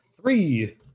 Three